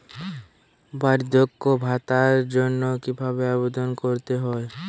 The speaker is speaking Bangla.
বার্ধক্য ভাতার জন্য কিভাবে আবেদন করতে হয়?